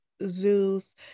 zeus